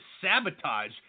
sabotage